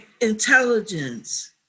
intelligence